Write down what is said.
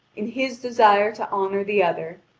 in his desire to honour the other,